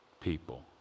people